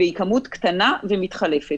והיא כמות קטנה ומתחלפת.